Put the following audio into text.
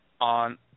on